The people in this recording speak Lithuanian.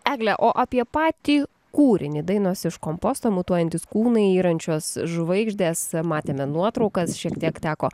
egle o apie patį kūrinį dainos iš komposto mutuojantis kūnai yrančios žvaigždės matėme nuotraukas šiek tiek teko